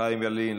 חיים ילין,